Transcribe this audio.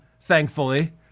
thankfully